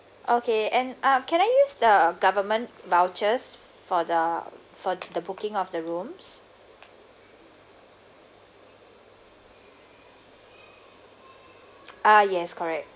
okay and um can I use the government vouchers for the for the booking of the rooms ah yes correct